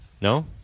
No